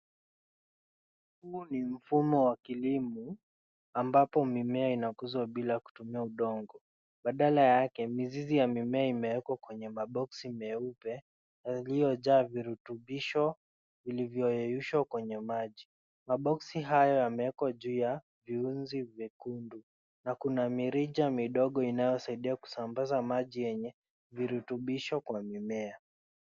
Huu ni mfumo wa kilimo ambapo mimea ina kuzwa bila kutumia udongo badala yake mizizi ya mimea imewekwa kwenye maboksi meupe yalio jaa virutubisho yalio yeyushwa kwenye maji. Ma boksi hayo yame wekwa juu ya viyunzi vyekundu na kuna mirija midogo inayo saifia kusambaza maji yenye virutubisho kwenye mimea.